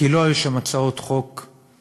כי לא היו שם הצעות חוק דרמטיות.